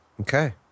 Okay